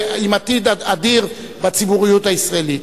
עם עתיד אדיר בציבוריות הישראלית,